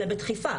אלא בדחיפה.